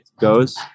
goes